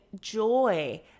joy